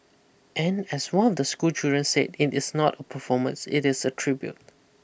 and as one of the schoolchildren said it is not a performance it is a tribute